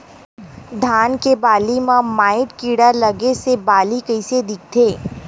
धान के बालि म माईट कीड़ा लगे से बालि कइसे दिखथे?